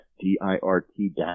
D-I-R-T